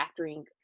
factoring